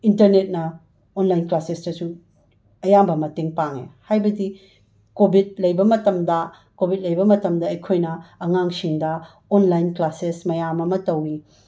ꯏꯟꯇꯔꯅꯦꯠꯅ ꯑꯣꯟꯂꯥꯏꯅ ꯀ꯭ꯂꯥꯁꯁꯇꯁꯨ ꯑꯌꯥꯝꯕ ꯃꯇꯦꯡ ꯄꯥꯡꯉꯦ ꯍꯥꯏꯕꯗꯤ ꯀꯣꯕꯤꯗ ꯂꯩꯕ ꯃꯇꯝꯗ ꯀꯣꯕꯤꯗ ꯂꯩꯕ ꯃꯇꯝꯗ ꯑꯩꯈꯣꯏꯅ ꯑꯉꯥꯡꯁꯤꯡꯗ ꯑꯣꯟꯂꯥꯏꯟ ꯀ꯭ꯂꯥꯁꯦꯁ ꯃꯌꯥꯝ ꯑꯃ ꯇꯧꯏ